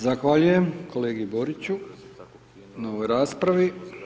Zahvaljujem kolegi Boriću na ovoj raspravi.